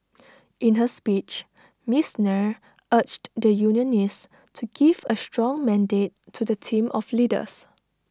in her speech miss Nair urged the unionists to give A strong mandate to the team of leaders